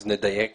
אז נדייק.